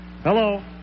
Hello